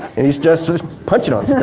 and he's just punchin' on stuff.